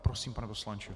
Prosím, pane poslanče.